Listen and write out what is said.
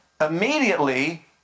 Immediately